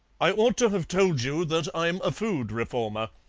i ought to have told you that i'm a food reformer.